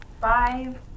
five